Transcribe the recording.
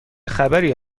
خبری